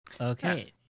okay